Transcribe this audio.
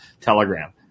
Telegram